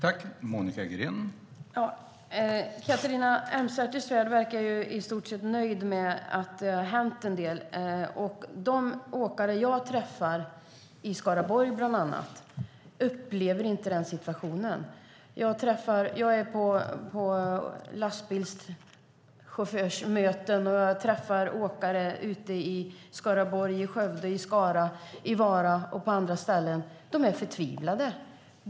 Herr talman! Catharina Elmsäter-Svärd verkar i stort sett vara nöjd och säger att det har hänt en del. De åkare jag träffar, i Skaraborg bland annat, upplever inte att det är så. Jag är på lastbilschaufförsmöten och träffar åkare i Skaraborg, Skövde, Skara, Vara och på andra ställen, och de är förtvivlade.